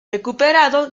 recuperado